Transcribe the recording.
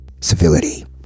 civility